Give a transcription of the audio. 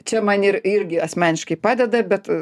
čia man ir irgi asmeniškai padeda bet